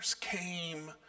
came